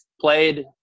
played